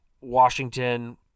Washington